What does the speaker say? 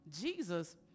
jesus